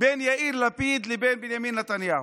בין יאיר לפיד לבין בנימין נתניהו.